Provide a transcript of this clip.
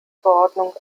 verordnung